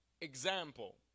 example